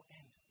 end